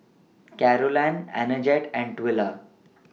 Carolann and Twila